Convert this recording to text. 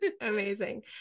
Amazing